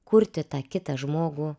kurti tą kitą žmogų